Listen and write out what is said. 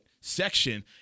section